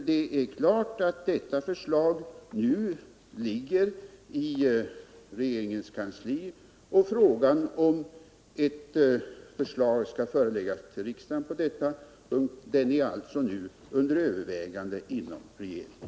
Det är klart att detta förslag nu ligger i den nuvarande regeringens kansli, och frågan om det skall föreläggas riksdagen är nu under övervägande inom regeringen.